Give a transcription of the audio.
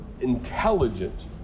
intelligent